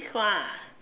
this one ah